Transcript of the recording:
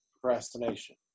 procrastination